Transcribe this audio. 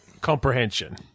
Comprehension